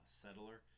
settler